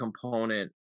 component